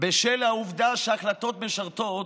בשל העובדה שההחלטות משרתות